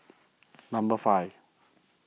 number five